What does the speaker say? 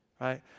right